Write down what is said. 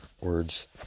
words